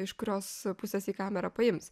iš kurios pusės jį kamera paims